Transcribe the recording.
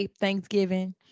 Thanksgiving